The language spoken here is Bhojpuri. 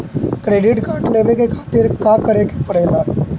क्रेडिट कार्ड लेवे के खातिर का करेके पड़ेला?